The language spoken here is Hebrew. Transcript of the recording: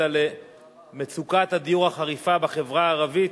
על מצוקת הדיור החריפה בחברה הערבית,